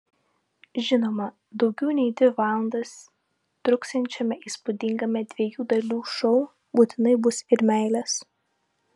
žinoma daugiau nei dvi valandas truksiančiame įspūdingame dviejų dalių šou būtinai bus ir meilės